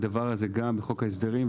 הדבר הזה גם בחוק ההסדרים.